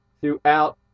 throughout